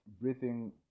breathing